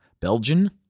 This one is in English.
Belgian